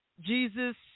Jesus